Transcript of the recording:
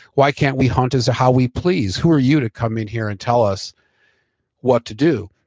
why can't we hunt as a how we please? who are you to come in here and tell us what to do?